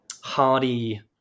hardy